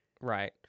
Right